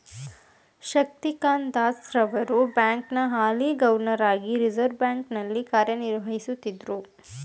ಶಕ್ತಿಕಾಂತ್ ದಾಸ್ ರವರು ಬ್ಯಾಂಕ್ನ ಹಾಲಿ ಗವರ್ನರ್ ಹಾಗಿ ರಿವರ್ಸ್ ಬ್ಯಾಂಕ್ ನಲ್ಲಿ ಕಾರ್ಯನಿರ್ವಹಿಸುತ್ತಿದ್ದ್ರು